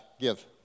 give